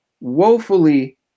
woefully